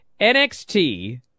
NXT